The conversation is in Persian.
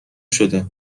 شده